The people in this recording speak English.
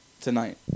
tonight